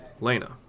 Lena